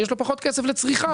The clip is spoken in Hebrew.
יש לו פחות כסף לצריכה,